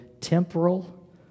temporal